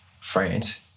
France